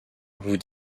vous